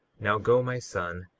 now go, my son,